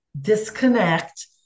disconnect